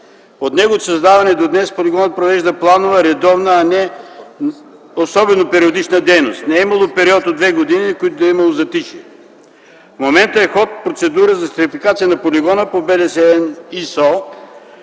От неговото създаване до днес полигонът провежда планова, редовна, а не периодична дейност. Не е имало период от две години, в който да е имало затишие. В момента е в ход процедура за сертификация на полигона по БДС ЕН и ISO